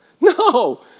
No